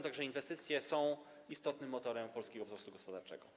Tak że inwestycje są istotnym motorem polskiego wzrostu gospodarczego.